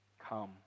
come